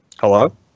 Hello